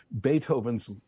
Beethoven's